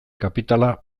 kapitala